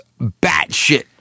batshit